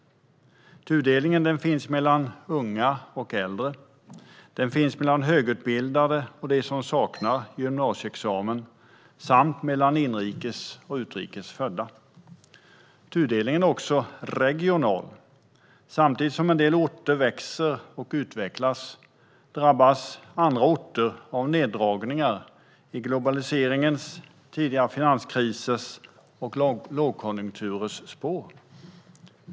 Tudelningen finns mellan unga och äldre, mellan högutbildade och dem som saknar gymnasieexamen samt mellan inrikes och utrikes födda. Tudelningen är också regional. Samtidigt som en del orter växer och utvecklas drabbas andra orter av neddragningar i globaliseringens och tidigare finanskrisers och lågkonjunkturers spår.